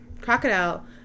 crocodile